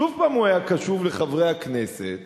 שוב הוא היה קשוב לחברי הכנסת